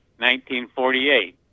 1948